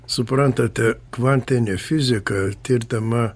suprantate kvantinė fizika tirdama